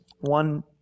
one